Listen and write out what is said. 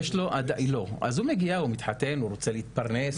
אז הוא מגיע, מתחתן, רוצה להתפרנס.